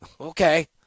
Okay